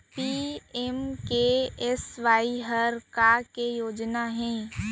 PMKSY हर का के योजना हे?